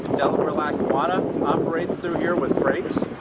delaware-lackawanna operates through here with freights.